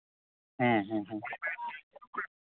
ᱦᱮᱸ ᱦᱮᱸ